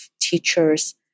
teachers